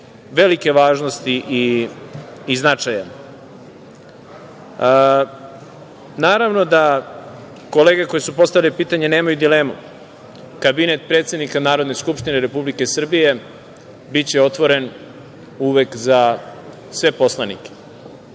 velike važnosti i značaja. Naravno da kolege koje su postavile pitanje nemaju dilemu, kabinet predsednika Narodne skupštine Republike Srbije biće otvoren uvek za sve poslanike